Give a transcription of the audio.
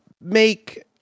make